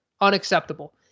unacceptable